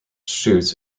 shoots